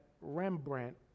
Rembrandt